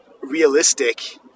realistic